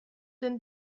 den